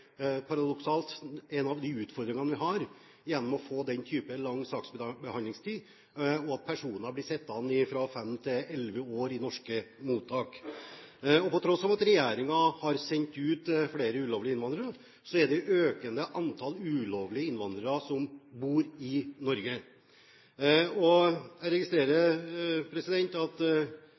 paradoksalt nok, en av de utfordringene vi har når vi får den type lang saksbehandlingstid, og at personer blir sittende fra fem til elleve år i norske mottak. Til tross for at regjeringen har sendt ut flere ulovlige innvandrere, er det et økende antall ulovlige innvandrere som bor i Norge. Jeg registrerer at